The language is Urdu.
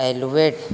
ایلویڈ